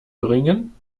bringen